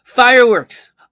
Fireworks